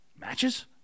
matches